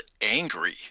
angry